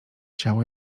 ciało